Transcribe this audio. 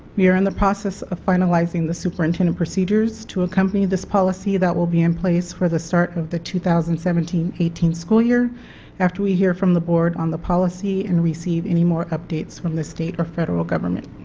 we are in and the process of finalizing the superintendent procedures to accompany this policy that will be in place for the start of the two thousand and seventeen eighteen school year after we hear from the board on the policy and receive any more updates from the state or federal government.